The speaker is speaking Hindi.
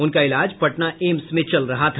उनका इलाज पटना एम्स में चल रहा था